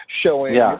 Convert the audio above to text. showing